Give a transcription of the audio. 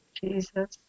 Jesus